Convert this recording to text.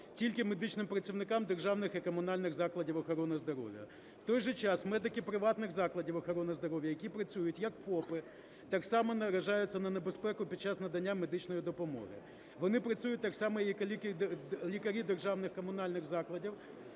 тільки медичним працівника державних та комунальних закладів охорони здоров'я. В той же час медики приватних закладів охорони здоров'я, які працюють як ФОПи, так само наражаються на небезпеку під час надання медичної допомоги. Вони працюють так само, як і лікарі державних комунальних закладів,